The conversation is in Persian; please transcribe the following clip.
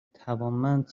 توانمند